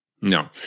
No